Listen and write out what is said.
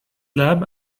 lab